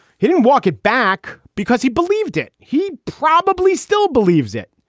he didn't walk it back because he believed it. he probably still believes it.